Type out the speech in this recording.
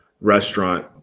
restaurant